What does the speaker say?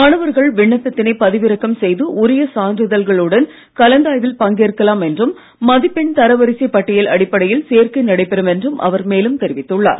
மாணவர்கள் விண்ணப்பத்தினை பதிவிறக்கம் செய்து உரிய சான்றிதழ்களுடன் கலந்தாய்வில் பங்கேற்கலாம் என்றும் மதிப்பெண் தரவரிசைப் பட்டியல் அடிப்படையில் சேர்க்கை நடைபெறும் என்றும் அவர் மேலும் தெரிவித்துள்ளார்